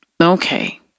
Okay